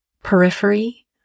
periphery